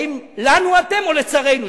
האם לנו אתם או לצרינו,